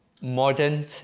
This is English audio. modern